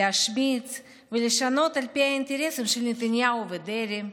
להשמיץ ולשנות על פי האינטרסים של נתניהו ודרעי.